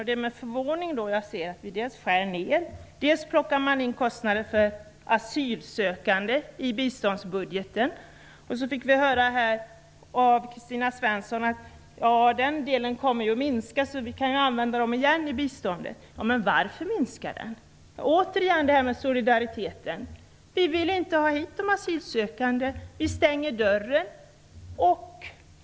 Det är med förvåning jag ser att vi dels skär ner, dels plockar in kostnader för asylsökande i biståndsbudgeten. Dessutom fick vi höra av Kristina Svensson att den delen kommer att minska, så vi kan använda pengarna igen i biståndet. Men varför minskar den? Återigen detta med solidariteten. Vi vill inte ha hit de asylsökande. Vi stänger dörren.